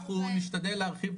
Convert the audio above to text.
אנחנו נשתדל להרחיב,